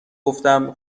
گفتم